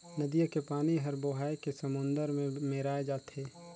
नदिया के पानी हर बोहाए के समुन्दर में मेराय जाथे